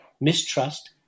mistrust